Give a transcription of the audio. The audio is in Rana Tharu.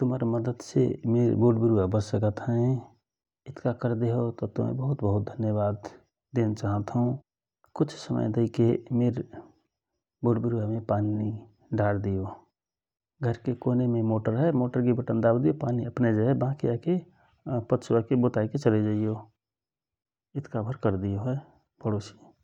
तुमहर मद्दसे मिर बोटविरूवा बचसकत हए । इतका करदेहौत तुमय बहुत बहुत धन्यवाद देन चाहत हौ ।कुछ समय दैके मिर बोटबिरूवामे पानी डारदियो । घरके कोनेमे मोटर हए मोटर कि बटन दावदियो पानी अपनय जयहए पच्छु आइके बुतायके चले जैयो । इतका भर करदियो हए ।